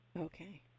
Okay